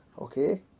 okay